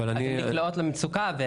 אז הן נקלעות למצוקה.